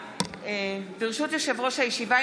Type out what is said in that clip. ברשות יושב-ראש הישיבה,